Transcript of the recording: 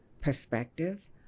perspective